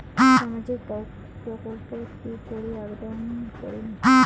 সামাজিক প্রকল্পত কি করি আবেদন করিম?